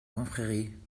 confrérie